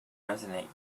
resonate